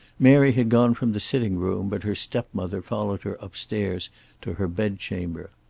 mary had gone from the sitting-room, but her stepmother followed her upstairs to her bed-chamber.